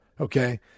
Okay